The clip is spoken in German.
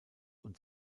und